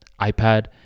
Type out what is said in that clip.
iPad